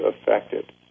affected